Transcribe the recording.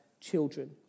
children